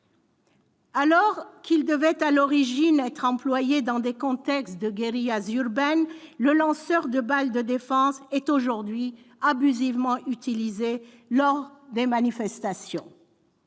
Alors qu'il devait à l'origine être employé dans des contextes de guérilla urbaine, le lanceur de balles de défense est aujourd'hui abusivement utilisé lors de manifestations.